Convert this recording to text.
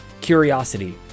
curiosity